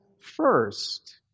first